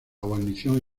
guarnición